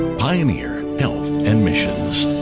pioneer and health and missions